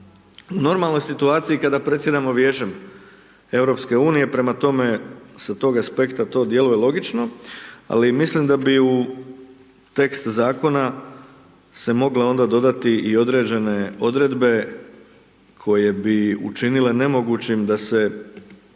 u normalnoj situaciji kada predsjedamo Vijećem EU-a, prema tome, sa tog aspekta to djeluje logično ali mislim da bi u tekst zakona se moglo onda dodati i određene odredbe koje bi učinile nemogućim da se